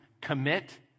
Commit